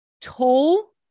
tall